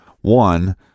One